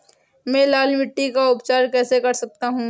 मैं लाल मिट्टी का उपचार कैसे कर सकता हूँ?